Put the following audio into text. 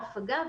הפגה,